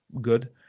good